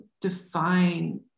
define